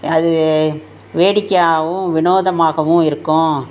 அது வேடிக்கையாகவும் வினோதமாகவும் இருக்கும்